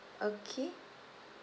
okay